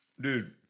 Dude